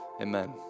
Amen